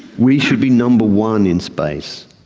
we should be number one in space,